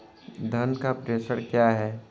धन का प्रेषण क्या है?